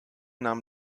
nahm